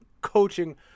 coaching